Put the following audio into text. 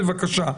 בבקשה.